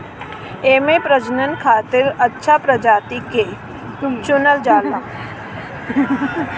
एमे प्रजनन खातिर अच्छा प्रजाति के चुनल जाला